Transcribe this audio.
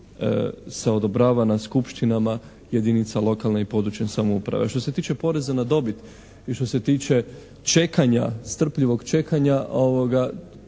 se odobrava na skupštinama jedinica lokalne i područne samouprave. Što se tiče poreza na dobit i što se tiče čekanja, strpljivog čekanja,